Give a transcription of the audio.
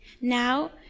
now